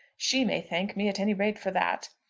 she may thank me at any rate for that.